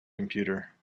computer